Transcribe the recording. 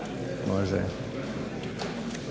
Može.